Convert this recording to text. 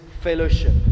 fellowship